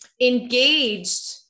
engaged